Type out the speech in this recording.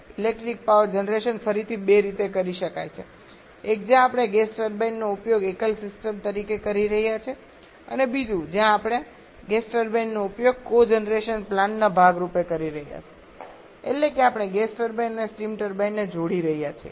electric power generation ફરીથી બે રીતે કરી શકાય છે એક જ્યાં આપણે ગેસ ટર્બાઇનનો ઉપયોગ એકલ સિસ્ટમ તરીકે કરી રહ્યા છીએ અને બીજું જ્યાં આપણે ગેસ ટર્બાઇનનો ઉપયોગ કોજનરેશન પ્લાન્ટના ભાગ રૂપે કરી રહ્યા છીએ એટલે કે આપણે ગેસ ટર્બાઇન અને સ્ટીમ ટર્બાઇનને જોડી રહ્યા છીએ